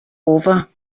over